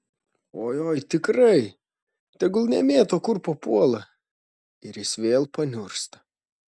oi oi tikrai tegul nemėto kur papuola ir jis vėl paniursta